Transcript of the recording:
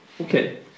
Okay